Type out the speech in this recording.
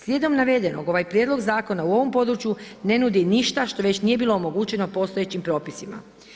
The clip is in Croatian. Slijedom navedenog ovaj prijedlog zakona u ovom području ne nudi ništa što već nije bilo omogućeno postojećim propisima.